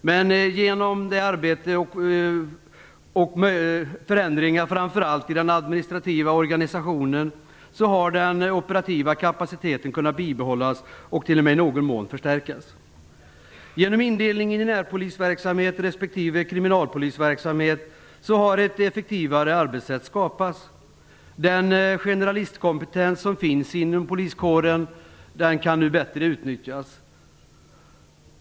Men genom det arbete och de förändringar i framför allt den administrativa organisationen har den operativa kapaciteten kunnat bibehållas och t.o.m. i någon mån kunnat förstärkas. Genom indelningen i närpolisverksamhet respektive kriminalpolisverksamhet har ett effektivare arbetssätt skapats. Den generalistkompetens som finns inom poliskåren kan nu bättre utnyttjas.